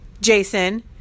Jason